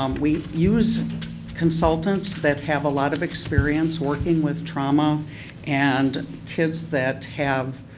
um we use consultants that have a lot of experience working with trauma and kids that have